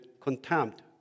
contempt